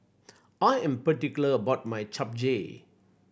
I am particular about my Japchae